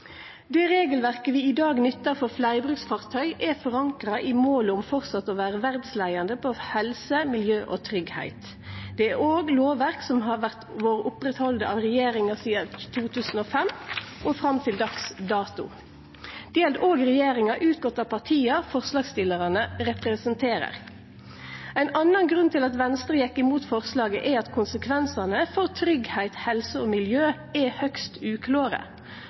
Det regelverket vi i dag nyttar på fleirbruksfartøy, er forankra i målet om å vere verdsleiande innan helse, miljø og tryggleik også i framtida. Det er eit lovverk som har vore oppretthalde av regjeringa sidan 2005 og fram til dags dato. Det gjeld òg regjeringa som er utgått frå partia forslagsstillarane representerer. Ein annan grunn til at Venstre går imot forslaget, er at konsekvensane for tryggleik, helse og miljø er høgst